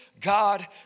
God